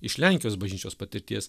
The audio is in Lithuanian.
iš lenkijos bažnyčios patirties